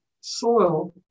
soil